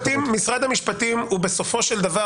המשפטים הוא בסופו של דבר,